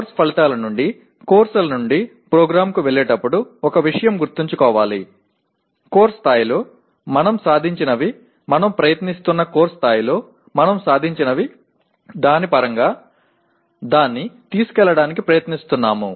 course ఫలితాల నుండి కోర్సుల నుండి ప్రోగ్రామ్కు వెళ్లేటప్పుడు ఒక విషయం గుర్తుంచుకోవాలి కోర్సు స్థాయిలో మనం సాధించినవి మనం ప్రయత్నిస్తున్న కోర్సు స్థాయిలో మనం సాధించిన దాని పరంగా దాన్ని తీసుకెళ్లడానికి ప్రయత్నిస్తున్నాము